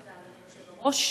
תודה, אדוני היושב-ראש,